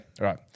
Right